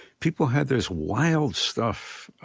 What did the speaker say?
people had this wild stuff,